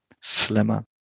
slimmer